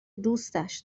دوستش